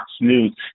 News